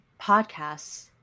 podcasts